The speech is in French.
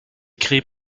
créé